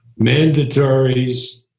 Mandatories